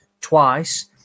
twice